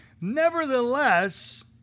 Nevertheless